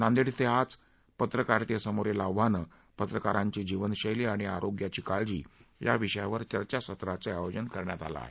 नांदेड क्षें आज पत्रकारितेसमोरील आव्हानं पत्रकारांची जीवनशैली आणि आरोग्याची काळजी या विषयावर चर्चासत्राचं आयोजन करण्यात आलं आहे